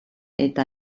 eta